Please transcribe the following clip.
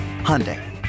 Hyundai